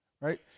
Right